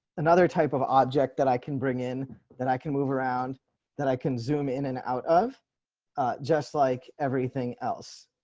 another type of object that i can bring in that i can move around that i can zoom in and out of just like everything else.